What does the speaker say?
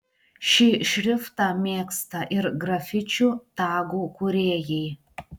šį šriftą mėgsta ir grafičių tagų kūrėjai